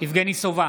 יבגני סובה,